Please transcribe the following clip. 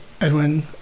Edwin